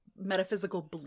metaphysical